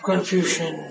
Confusion